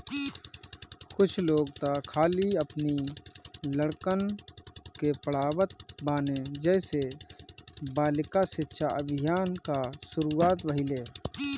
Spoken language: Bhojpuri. कुछ लोग तअ खाली अपनी लड़कन के पढ़ावत बाने जेसे बालिका शिक्षा अभियान कअ शुरुआत भईल